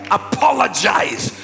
apologize